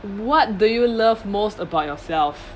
what do you love most about yourself